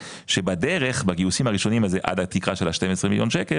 שבדרך בגיוסים הראשונים עד התקרה של 12 מיליון שקל,